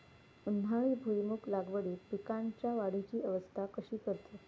उन्हाळी भुईमूग लागवडीत पीकांच्या वाढीची अवस्था कशी करतत?